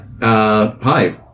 Hi